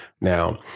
now